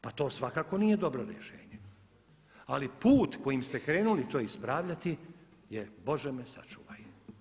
Pa to svakako nije dobro rješenje ali put kojim ste krenuli to ispravljati je Bože me sačuvaj.